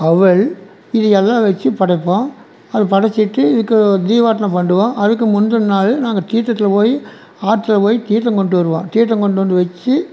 அவல் இதுயெல்லாம் வச்சு படைப்போம் அது படைச்சுட்டு இதுக்கொரு தீபாராதனை பண்ணிடுவோம் அதுக்கு முந்தினனாளு நாங்கள் தீர்த்தத்தில் போய் ஆற்றில் போய் தீர்த்தம் கொண்டு வருவோம் தீர்த்தம் கொண்டு வந்து வச்சு